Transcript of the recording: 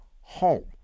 home